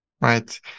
right